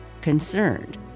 concerned